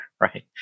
right